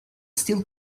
still